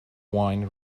wine